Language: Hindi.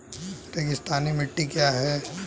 रेगिस्तानी मिट्टी क्या है?